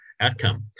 outcome